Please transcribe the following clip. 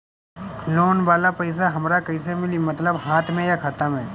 Loan वाला पैसा हमरा कइसे मिली मतलब हाथ में या खाता में?